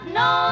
no